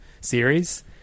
series